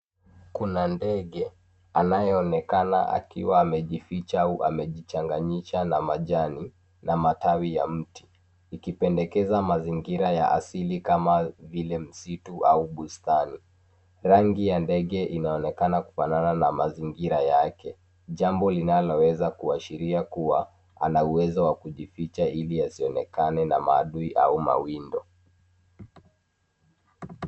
Kuna ndege anayeonekana akiwa amejificha au amejichanganyisha na majani na matawi ya mti; ikipendekeza mazingira ya asili kama vile msitu ama bustani. Rangi ya ndege inaonekana kufanana na mazingira yake. Jambo linaloweza kuashiria kuwa ana uwezo wa kujificha ili asionekane na maadui au mawindo.